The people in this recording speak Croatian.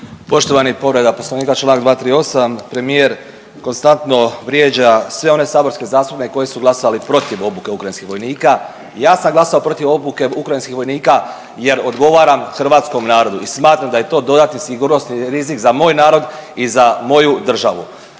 Poštovani povreda Poslovnika članak 238. Premijer konstantno vrijeđa sve one saborske zastupnike koji su glasali protiv obuke ukrajinskih vojnika. I ja sam glasovao protiv obuke ukrajinskih vojnika jer odgovaram Hrvatskom narodu i smatram da je to dodatni sigurnosni rizik za moj narod i za moju državu.